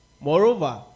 Moreover